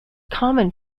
common